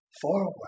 forward